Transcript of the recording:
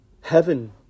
heaven